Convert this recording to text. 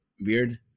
weird